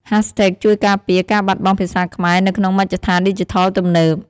ហាស់ថេកជួយការពារការបាត់បង់ភាសាខ្មែរនៅក្នុងមជ្ឍដ្ឋានឌីជីថលទំនើប។